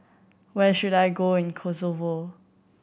where should I go in Kosovo